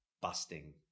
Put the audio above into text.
busting